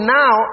now